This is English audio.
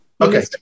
Okay